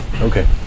Okay